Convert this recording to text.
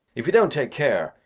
if you don't take care,